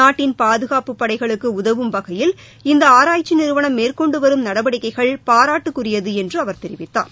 நாட்டின் பாதுகாப்புப் படைகளுக்கு உதவும் வகையில் இந்த ஆராய்ச்சி நிறுவனம் மேற்கொண்டுவரும் நடவடிக்கைகள் பாராட்டுக்குரியது என்று அவர் தெரிவித்தார்